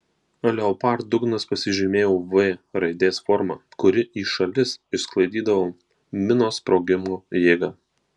leopard dugnas pasižymėjo v raidės forma kuri į šalis išsklaidydavo minos sprogimo jėgą